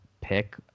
pick